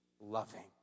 loving